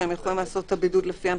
שהם יכולים לעשות את הבידוד לפי הנחיות.